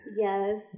Yes